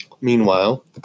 Meanwhile